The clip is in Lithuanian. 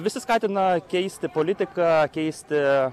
visi skatina keisti politiką keisti